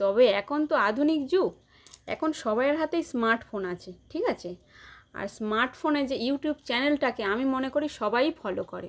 তবে এখন তো আধুনিক যুগ এখন সবাইয়ের হাতেই স্মার্ট ফোন আছে ঠিক আছে আর স্মার্টফোনে যে ইউটিউব চ্যানেলটাকে আমি মনে করি সবাই ফলো করে